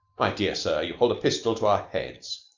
my dear sir, you hold a pistol to our heads.